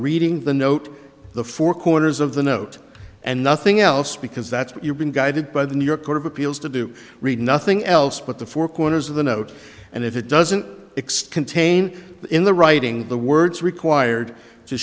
reading the note the four corners of the note and nothing else because that's what you've been guided by the new york court of appeals to do read nothing else but the four corners of the note and if it doesn't extend tain in the writing the words required to